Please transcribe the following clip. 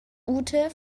ute